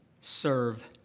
serve